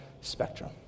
spectrum